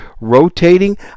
rotating